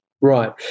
Right